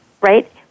right